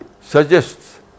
suggests